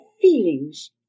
feelings